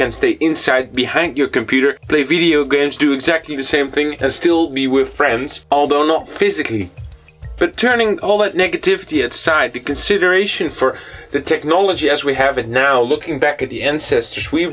can stay inside behind your computer they video games do exactly the same thing and still be with friends although not physically but turning all that negativity it side the consideration for the technology as we have it now looking back at the end s